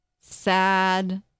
sad